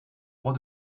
roi